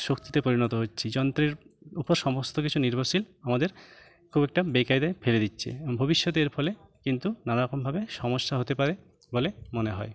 শক্তিতে পরিণত হচ্ছি যন্ত্রের উপর সমস্ত কিছু নির্ভরশীল আমাদের খুব একটা বেকায়দায় ফেলে দিচ্ছে ভবিষ্যতে এর ফলে কিন্তু নানারকমভাবে সমস্যা হতে পারে বলে মনে হয়